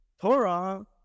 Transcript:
Torah